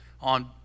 on